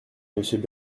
monsieur